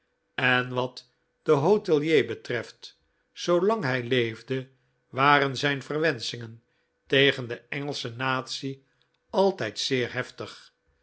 en wat de hotelier betreft zoolang hij leefde waren zijn verwenschingen tegen de engelsche natie altijd zeer heftig